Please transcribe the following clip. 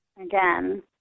Again